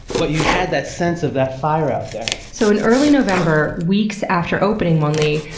but you had that sense of that fire out there. so in early november, weeks after opening mon li,